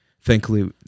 thankfully